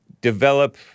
develop